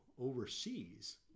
overseas